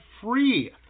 free